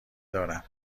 دارم